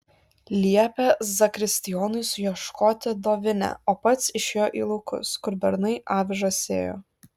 liepė zakristijonui suieškoti dovinę o pats išėjo į laukus kur bernai avižas sėjo